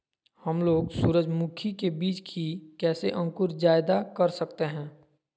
हमलोग सूरजमुखी के बिज की कैसे अंकुर जायदा कर सकते हैं?